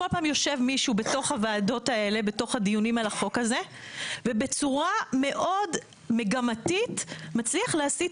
כל פעם יושב פה מישהו בדיונים על החוק הזה ובצורה מאוד מגמתית מצליח להסית